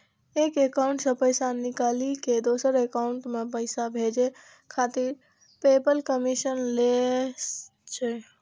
एक एकाउंट सं पैसा निकालि कें दोसर एकाउंट मे पैसा भेजै खातिर पेपल कमीशन लै छै